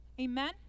Amen